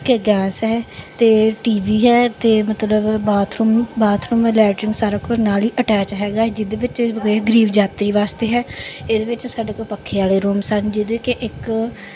ਇੱਕ ਗੈਂਸ ਹੈ ਅਤੇ ਟੀ ਵੀ ਹੈ ਅਤੇ ਮਤਲਬ ਬਾਥਰੂਮ ਬਾਥਰੂਮ ਲੈਟਰਿੰਗ ਸਾਰਾ ਕੁਛ ਨਾਲ ਹੀ ਅਟੈਚ ਹੈਗਾ ਜਿਹਦੇ ਵਿੱਚ ਇਹ ਇਹ ਗਰੀਬ ਯਾਤਰੀ ਵਾਸਤੇ ਹੈ ਇਹਦੇ ਵਿੱਚ ਸਾਡੇ ਕੋਲ ਪੱਖੇ ਵਾਲੇ ਰੂਮਸ ਹਨ ਜਿਹਦੇ ਕਿ ਇੱਕ